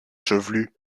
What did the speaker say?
chevelu